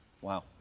Wow